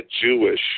Jewish